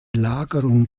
lagerung